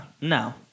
No